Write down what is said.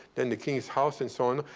then the king's house and so on,